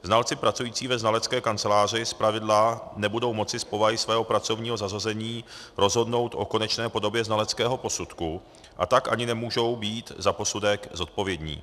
Znalci pracující ve znalecké kanceláři zpravidla nebudou moci z povahy svého pracovního zařazení rozhodnout o konečné podobě znaleckého posudku, a tak ani nemůžou být za posudek zodpovědní.